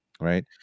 right